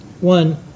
One